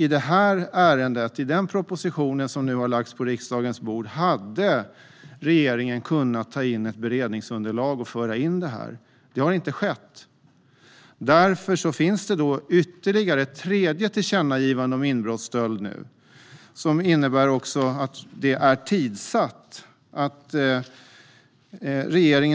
I det ärende och i den proposition som nu har lagts på riksdagens bord hade regeringen kunnat ta in ett beredningsunderlag och föra in detta. Det har dock inte skett. Därför finns nu ytterligare ett tillkännagivande, ett tredje, om inbrottsstöld, och detta är tidssatt.